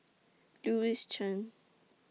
Louis Chen